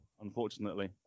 unfortunately